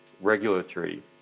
regulatory